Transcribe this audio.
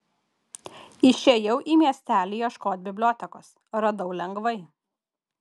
išėjau į miestelį ieškot bibliotekos radau lengvai